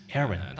Aaron